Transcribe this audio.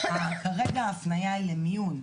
כרגע ההפנייה היא למיון.